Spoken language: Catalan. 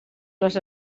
les